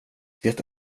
det